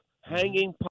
hanging